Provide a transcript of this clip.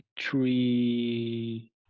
three